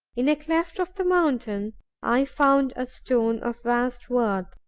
in a cleft of the mountain i found a stone of vast worth,